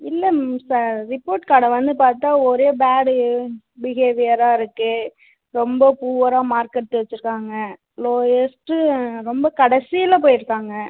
இல்லை sir report கார்டை வந்து பார்த்தா ஒரே பேடு பிஹேவியராக இருக்குது ரொம்ப புவராக மார்க் எடுத்து வெச்சிருக்காங்க லோயஸ்ட்டு ரொம்ப கடைசியில் போய்ருக்காங்க